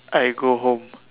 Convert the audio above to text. I go home